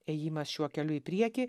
ėjimas šiuo keliu į priekį